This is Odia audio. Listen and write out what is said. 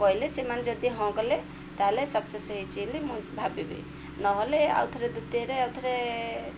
କହିଲେ ସେମାନେ ଯଦି ହଁ କଲେ ତା'ହେଲେ ସକ୍ସେସ୍ ହେଇଛି ବୋଲି ମୁଁ ଭାବିବି ନହେଲେ ଆଉ ଥରେ ଦ୍ୱିତୀୟରେ ଆଉ ଥରେ